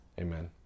Amen